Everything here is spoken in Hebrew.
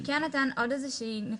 אני כן עוד איזושהי נקודה.